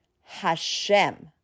Hashem